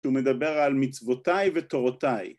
הוא מוסר דרישת שלום בחזרה